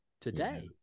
today